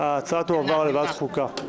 ההצעה תועבר לוועדת החוקה.